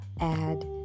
add